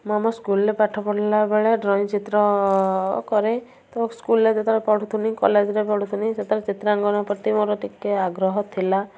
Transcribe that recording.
ମୁଁ ଆମ ସ୍କୁଲରେ ପାଠ ପଢ଼ିଲା ବେଳେ ଡ୍ରଇଂ ଚିତ୍ର କରେ ତ ସ୍କୁଲରେ ଯେତେବେଳେ ପଢ଼ୁଥିଲି କଲେଜରେ ପଢ଼ୁଥିଲି ସତେବେଳେ ଚିତ୍ରାଅଙ୍କନ ପ୍ରତି ମୋର ଟିକେ ଆଗ୍ରହ ଥିଲା